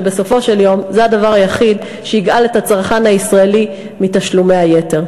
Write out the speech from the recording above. שבסופו של יום זה הדבר היחיד שיגאל את הצרכן הישראלי מתשלומי היתר.